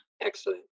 excellent